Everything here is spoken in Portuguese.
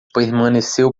permaneceu